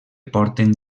porten